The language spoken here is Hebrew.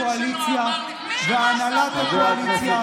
הקואליציה והנהלת הקואליציה,